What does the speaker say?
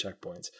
checkpoints